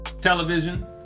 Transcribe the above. television